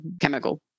chemical